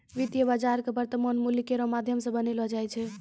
वित्तीय बाजार क वर्तमान मूल्य केरो माध्यम सें बनैलो जाय छै